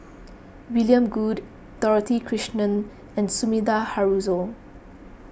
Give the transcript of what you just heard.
William Goode Dorothy Krishnan and Sumida Haruzo